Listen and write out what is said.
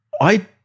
I-